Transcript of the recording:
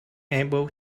able